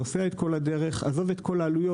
נוסע את כל הדרך עזוב את כל העלויות,